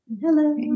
Hello